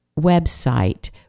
website